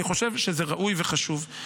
אני חושב שזה ראוי וחשוב.